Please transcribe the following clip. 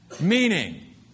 Meaning